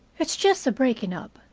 it's just a breaking up,